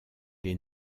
les